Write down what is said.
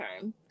term